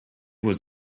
was